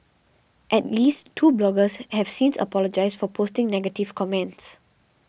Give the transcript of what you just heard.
at least two bloggers have since apologised for posting negative comments